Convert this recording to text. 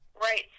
Right